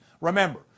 Remember